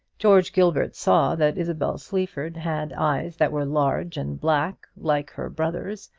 george gilbert saw that isabel sleaford had eyes that were large and black, like her brother's,